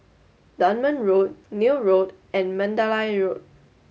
Dunman Road Neil Road and Mandalay Road